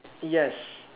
yes